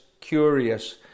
curious